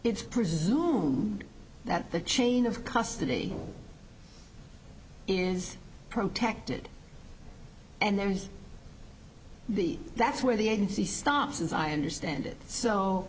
it's presume that the chain of custody is protected and there's the that's where the agency stops as i understand it so